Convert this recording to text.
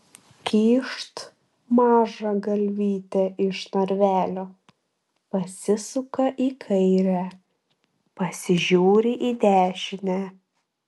kyšt maža galvytė iš narvelio pasisuka į kairę pasižiūri į dešinę